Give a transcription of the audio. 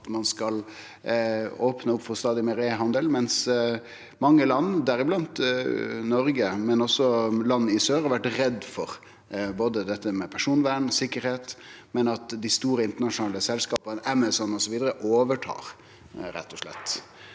at ein skal opne opp for stadig meir e-handel, mens mange land, deriblant Noreg og land i sør, har vore redde for både dette med personvern og sikkerheit og at dei store internasjonale selskapa, Amazon osv., rett og slett